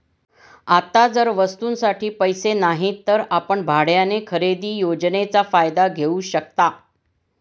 आता जर वस्तूंसाठी पैसे नाहीत तर आपण भाड्याने खरेदी योजनेचा फायदा घेऊ शकता